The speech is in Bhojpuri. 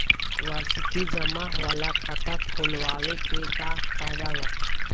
वार्षिकी जमा वाला खाता खोलवावे के का फायदा बा?